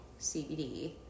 CBD